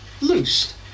loosed